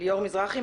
ליאור מזרחי,